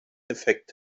effekt